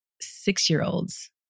six-year-olds